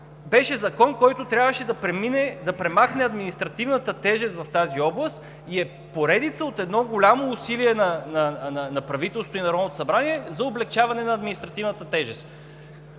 беше закон, който трябваше да премахне административната тежест в тази област и е поредица от едно голяма усилие на правителството и на Народното събрание за облекчаване на административната тежест.